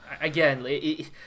again